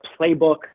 playbook